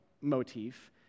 motif